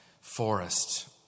forest